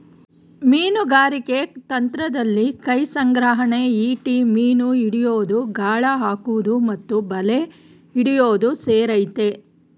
ಮೀನುಗಾರಿಕೆ ತಂತ್ರದಲ್ಲಿ ಕೈಸಂಗ್ರಹಣೆ ಈಟಿ ಮೀನು ಹಿಡಿಯೋದು ಗಾಳ ಹಾಕುವುದು ಮತ್ತು ಬಲೆ ಹಿಡಿಯೋದು ಸೇರಯ್ತೆ